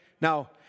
Now